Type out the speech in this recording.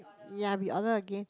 ya we order again